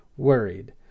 worried